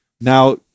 Now